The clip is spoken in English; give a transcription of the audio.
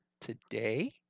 today